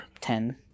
Ten